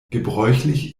gebräuchlich